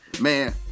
Man